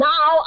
Now